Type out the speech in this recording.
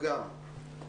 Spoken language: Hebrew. גני משרד החינוך, כן?